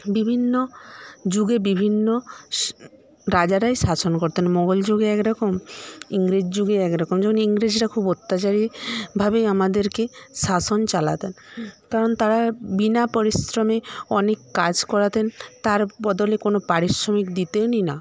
বিভিন্ন যুগে বিভিন্ন রাজারাই শাসন করতেন মোগল যুগে একরকম ইংরেজ যুগে একরকম যেমন ইংরেজরা খুব অত্যাচারি ভাবেই আমাদেরকে শাসন চালাতেন কারণ তারা বিনা পরিশ্রমে অনেক কাজ করাতেন তার বদলে কোনও পারিশ্রমিক দিতেনই না